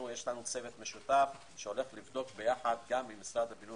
יש לנו צוות משותף שיבדוק יחד עם משרד הבינוי